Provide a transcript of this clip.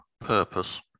purpose